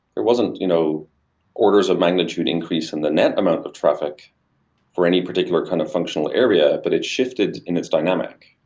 there wasn't you know orders of magnitude increase in the net amount of traffic for any particular kind of functional area, but it shifted in its dynamic